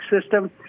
system